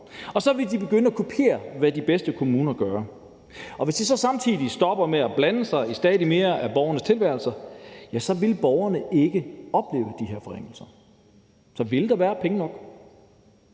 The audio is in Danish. så vil de begynde at kopiere, hvad de bedste kommuner gør, og hvis de så samtidig stopper med at blande sig i stadig mere af borgernes tilværelse, vil borgerne ikke opleve de her forringelser, og så ville der være penge nok.